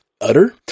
Utter